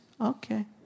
Okay